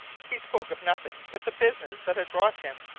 he spoke of nothing but the business that had brought him.